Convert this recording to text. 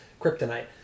kryptonite